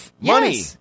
Money